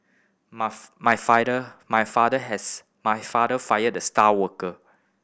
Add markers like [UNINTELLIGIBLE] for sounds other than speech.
my [UNINTELLIGIBLE] my [UNINTELLIGIBLE] my father has my father fired the star worker